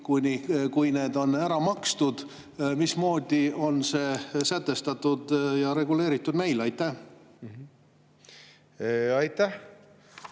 kui [raha] on ära makstud. Mismoodi on see sätestatud ja reguleeritud meil? Aitäh!